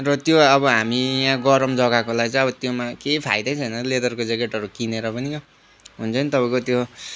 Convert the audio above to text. र त्यो अब हामी यहाँ गरम जग्गाकोलाई चाहिँ अब त्योमा केही फाइदै छैन लेदरको ज्याकेटहरू किनेर पनि हुन्छ नि तपाईँको त्यो